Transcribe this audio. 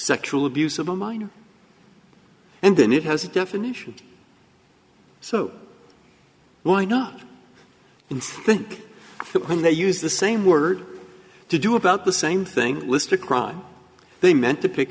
sexual abuse of a minor and then it has a definition so why not think that when they use the same word to do about the same thing list a crime they meant to pick